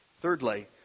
Thirdly